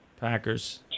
Packers